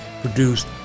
produced